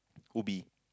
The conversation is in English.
Ubi